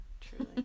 Truly